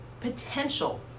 potential